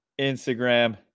Instagram